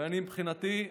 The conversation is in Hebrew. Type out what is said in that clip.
אני מבחינתי,